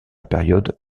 période